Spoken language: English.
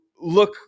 look